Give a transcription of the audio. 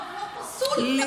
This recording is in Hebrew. לא, פסול, פסול.